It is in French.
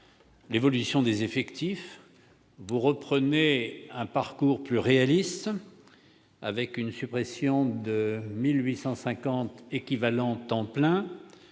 l'évolution des effectifs, qui reprend un parcours plus réaliste, avec la suppression de 1 850 équivalents temps plein,